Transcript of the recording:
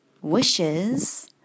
wishes